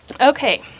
okay